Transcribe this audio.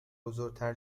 بزرگتر